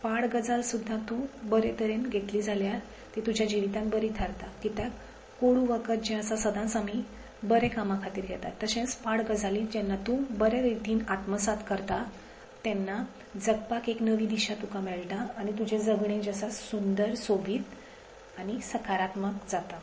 पाड गजाल सुद्दां तूं बरें तरेन घेतली जाल्यार ती तुज्या जिवीतान बरी थारता कित्याक कोडू वखद जे आसा सदांच आमी बरें कामा खातीर घेतात तशेंच पाड गजाली जेन्ना तूं बऱ्या रितीन आत्मसाद करता तेन्ना जगपाक एक नवी दिशा तुका मेळटा आनी तुजे जगणे जे आसा ते सुंदर सोबीत आनी सकारात्मक जाता